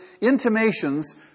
intimations